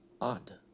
odd